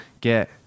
get